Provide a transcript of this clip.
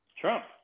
trump